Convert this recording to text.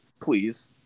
please